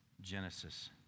Genesis